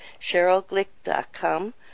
CherylGlick.com